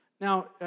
Now